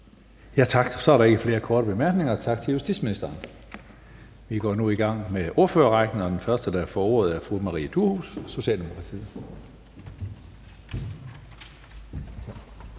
Hønge): Så er der ikke flere korte bemærkninger. Tak til justitsministeren. Vi går nu i gang med ordførerrækken, og den første, der får ordet, er fru Maria Durhuus, Socialdemokratiet.